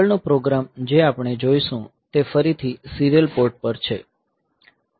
આગળનો પ્રોગ્રામ જે આપણે જોઈશું તે ફરીથી સીરીયલ પોર્ટ પર છે